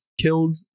killed